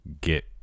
get